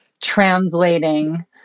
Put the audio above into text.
translating